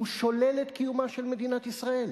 הוא שולל את קיומה של מדינת ישראל.